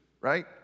right